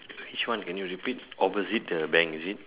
which one can you repeat opposite the bank is it